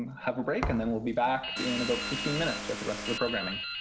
have a break and then we'll be back in about fifteen minutes with the rest of the programming.